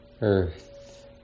Earth